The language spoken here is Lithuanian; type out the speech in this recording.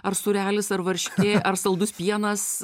ar sūrelis ar varškė ar saldus pienas